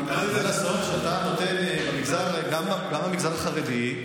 יום ירושלים והמגזר הערבי,